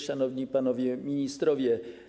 Szanowni Panowie Ministrowie!